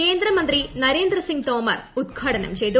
കേന്ദ്ര മന്ത്രി നരേന്ദ്ര സിംഗ് തോമർ ഉദ്ഘാടനം ചെയ്തു